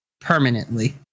permanently